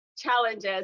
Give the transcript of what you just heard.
challenges